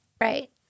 Right